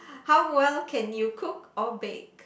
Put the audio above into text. how well can you cook or bake